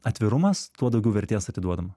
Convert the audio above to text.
atvirumas tuo daugiau vertės atiduodam